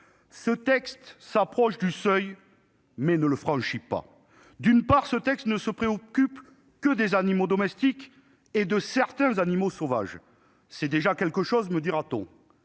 de loi s'approche du seuil, mais ne le franchit pas. Ainsi, ses promoteurs ne se préoccupent que des animaux domestiques et de certains animaux sauvages. C'est déjà quelque chose, me répondra-t-on,